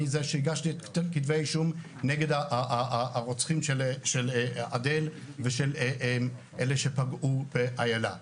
אני זה שהגיש את כתבי האישום נגד הרוצחים של אדל ונגד אלה שפגעו באיילה.